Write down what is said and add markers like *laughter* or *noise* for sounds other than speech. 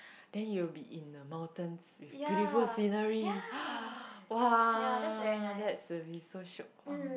then you'll be in the mountains with beautiful scenery *noise* !wah! that's will be so shiok !wah!